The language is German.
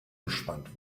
gespannt